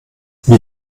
wie